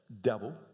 devil